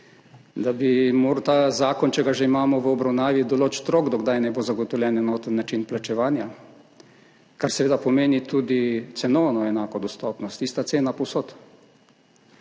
Da bi morda zakon, če ga že imamo v obravnavi, določil rok, do kdaj naj bo zagotovljen enoten način plačevanja, kar seveda pomeni tudi cenovno enako dostopnost – ista cena povsod.